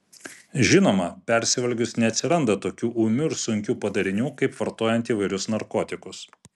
žinoma persivalgius neatsiranda tokių ūmių ir sunkių padarinių kaip vartojant įvairius narkotikus